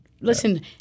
Listen